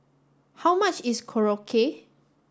how much is Korokke